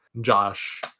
Josh